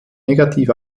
negativ